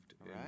Right